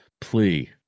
plea